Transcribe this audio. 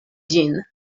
ĝin